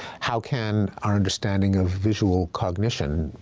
how can our understanding of visual cognition